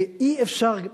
ואי-אפשר,